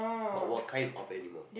but what kind of animal